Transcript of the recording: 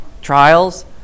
trials